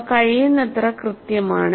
അവ കഴിയുന്നത്ര കൃത്യമാണ്